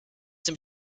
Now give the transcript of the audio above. dem